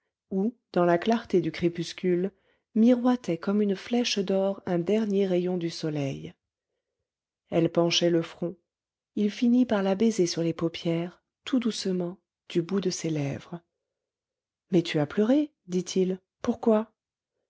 où dans la clarté du crépuscule miroitait comme une flèche d'or un dernier rayon du soleil elle penchait le front il finit par la baiser sur les paupières tout doucement du bout de ses lèvres mais tu as pleuré dit-il pourquoi